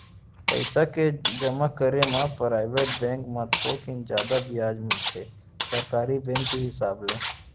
पइसा के जमा करे म पराइवेट बेंक म थोकिन जादा बियाज मिलथे सरकारी बेंक के हिसाब ले